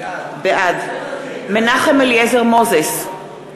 בעד מנחם אליעזר מוזס,